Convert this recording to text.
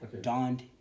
donned